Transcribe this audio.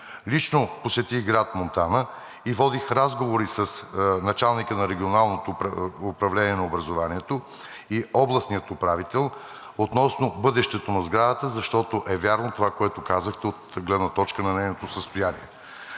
Лично посетих град Монтана и водих разговори с началника на регионалното управление на образованието и областния управител относно бъдещето на сградата, защото е вярно това, което казахте, от гледна точка нейното състояние.